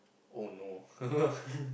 oh no